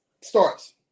starts